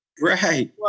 Right